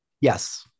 Yes